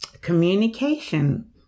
Communication